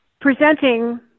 presenting